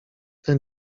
ten